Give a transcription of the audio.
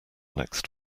next